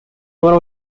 one